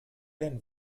den